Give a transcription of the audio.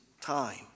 time